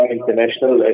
International